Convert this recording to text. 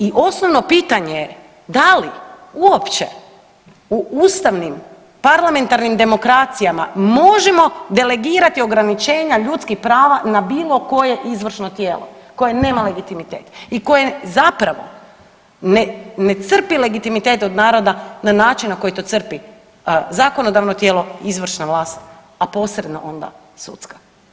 I osnovno pitanje je da li uopće u ustavnim parlamentarnim demokracijama možemo delegirati ograničenja ljudskih prava na bilo koje izvršno tijelo koje nema legitimitet i koje zapravo ne crpi legitimitet od naroda na način na koji to crpi, zakonodavno tijelo izvršna vlast, a posebno onda sudska?